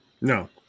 No